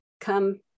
come